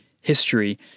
history